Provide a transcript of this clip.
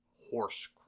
horse